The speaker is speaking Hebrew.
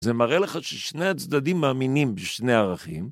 זה מראה לך ששני הצדדים מאמינים בשני הערכים.